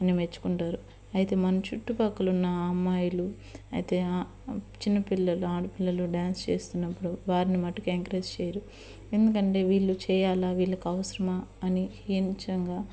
అని మెచ్చుకుంటారు అయితే మన చుట్టుపక్కల ఉన్న అమ్మాయిలు అయితే చిన్న పిల్లలు ఆడపిల్లలు డాన్స్ చేస్తున్నప్పుడు వారిని మటుకు ఎంకరేజ్ చేయరు ఎందుకు అంటే వీళ్ళు చేయాలా వీళ్ళకు అవసరమా అని నీచంగా